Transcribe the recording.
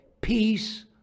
Peace